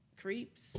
creeps